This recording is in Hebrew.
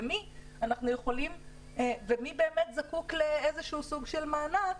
ומי באמת זקוק למענק,